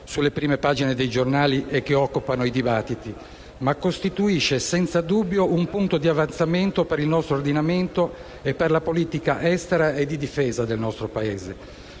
sulle prime pagine dei giornali e che occupano i dibattiti, ma costituisce senza dubbio un punto di avanzamento per il nostro ordinamento e per la politica estera e di difesa del nostro Paese;